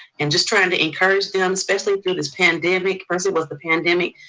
and just trying to encourage them, especially through this pandemic. first it was the pandemic,